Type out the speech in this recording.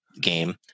game